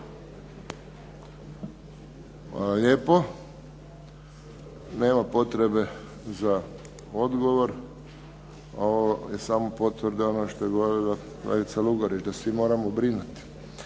lijepa. Nema potrebe za odgovor. Ovo je samo potvrda kolegica Lugarić da svi moramo brinuti.